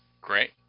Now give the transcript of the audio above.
Great